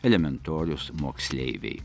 elementorius moksleiviai